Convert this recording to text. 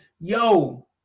Yo